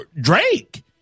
Drake